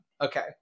Okay